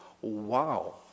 Wow